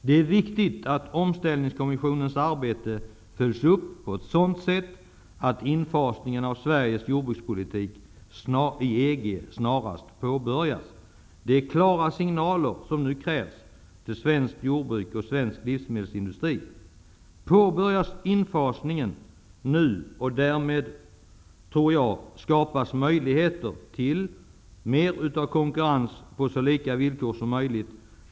Det är viktigt att omställningskommissionens arbete följs upp på ett sådant sätt att infasningen av Sveriges jordbrukspolitik i EG snarast påbörjas. Det krävs nu klara signaler till svenskt jordbruk och svensk livsmedelsindustri. Påbörjas infasningen nu tror jag att det skapas möjligheter till mer av konkurrens på så lika villkor som möjligt.